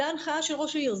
זאת ההנחיה של ראש העיר.